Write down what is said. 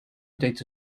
data